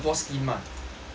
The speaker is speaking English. like 那种